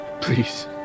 Please